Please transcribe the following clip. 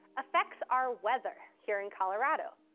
affects our weather here in colorado,